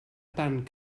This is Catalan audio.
tant